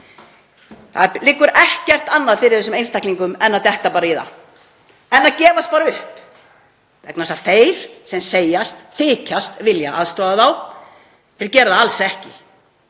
Það liggur ekkert annað fyrir þessum einstaklingum en að detta bara í það, en að gefast bara upp, vegna þess að þeir sem segjast eða þykjast vilja aðstoða þá gera það alls ekki,